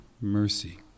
mercy